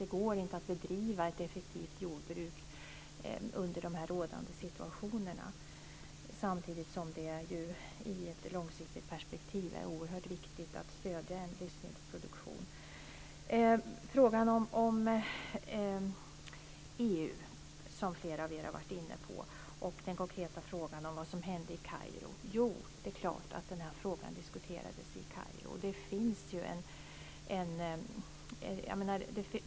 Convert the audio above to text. Det går inte att bedriva ett effektivt jordbruk i den rådande situationen. Samtidigt är det i ett långsiktigt perspektiv oerhört viktigt att stödja livsmedelsproduktion. Flera av er har varit inne på EU och vad som hände i Kairo. Det är klart att den här frågan diskuterades i Kairo.